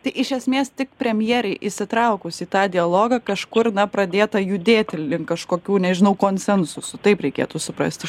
tai iš esmės tik premjerei įsitraukus į tą dialogą kažkur na pradėta judėti link kažkokių nežinau konsensusų taip reikėtų suprasti